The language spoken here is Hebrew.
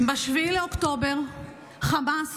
ב-7 באוקטובר חמאס